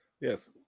Yes